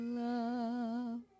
love